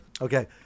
Okay